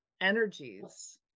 energies